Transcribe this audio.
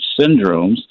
syndromes